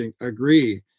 agree